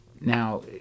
Now